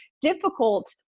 difficult